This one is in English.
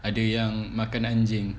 ada yang makan anjing